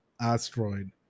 asteroid